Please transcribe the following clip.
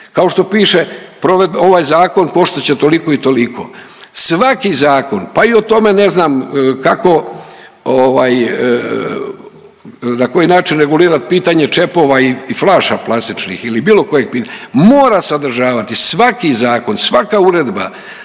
Kao što piše provedba ovaj zakon koštat će toliko i toliko, svaki zakon pa i o tome, ne znam kako na koji način regulirat pitanje čepova i flaša plastičnih ili bilo kojeg pitanja, mora sadržavati svaki zakon, svaka uredba